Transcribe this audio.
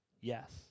yes